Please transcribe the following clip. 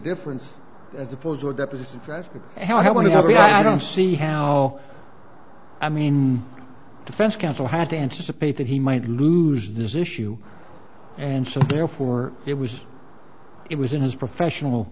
difference as opposed to a deposition task of how many of the i don't see how i mean defense counsel had to anticipate that he might lose this issue and so therefore it was it was in his professional